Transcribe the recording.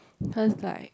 cause like